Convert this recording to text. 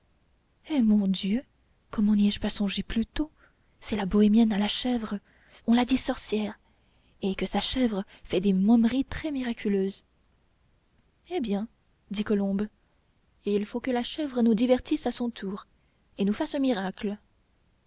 eh mon dieu comment n'y ai-je pas songé plus tôt c'est la bohémienne à la chèvre on la dit sorcière et que sa chèvre fait des momeries très miraculeuses eh bien dit colombe il faut que la chèvre nous divertisse à son tour et nous fasse un miracle